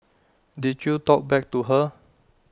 did you talk back to her